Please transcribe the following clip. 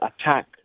attack